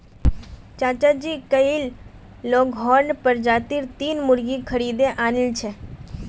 चाचाजी कइल लेगहॉर्न प्रजातीर तीन मुर्गि खरीदे आनिल छ